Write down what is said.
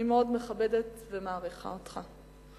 אני מאוד מכבדת ומעריכה אותך,